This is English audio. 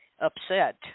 upset